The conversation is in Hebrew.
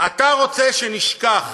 אתה רוצה שנשכח